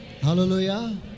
Hallelujah